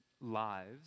lives